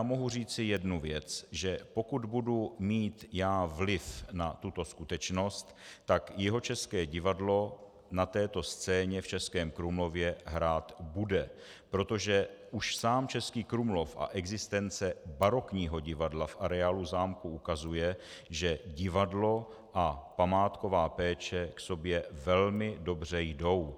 Mohu říci jednu věc že pokud budu mít já vliv na tuto skutečnost, tak Jihočeské divadlo na této scéně v Českém Krumlově hrát bude, protože už sám Český Krumlov a existence barokního divadla v areálu zámku ukazuje, že divadlo a památková péče k sobě velmi dobře jdou.